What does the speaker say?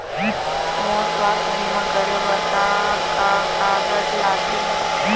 मोर स्वस्थ बीमा करे बर का का कागज लगही?